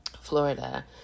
Florida